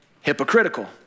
hypocritical